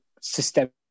systemic